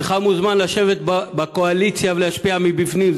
הנך מוזמן לשבת בקואליציה ולהשפיע מבפנים.